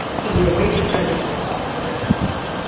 so we await the judge's response to this as well.